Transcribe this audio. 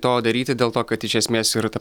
to daryti dėl to kad iš esmės yra ta